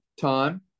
time